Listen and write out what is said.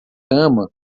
cama